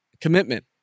commitment